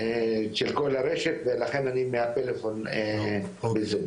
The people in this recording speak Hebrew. של כל הרשת ולכן אני מהפלאפון בזום.